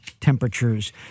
temperatures